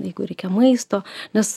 vaikui reikia maisto nes